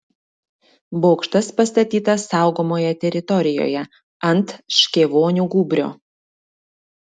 bokštas pastatytas saugomoje teritorijoje ant škėvonių gūbrio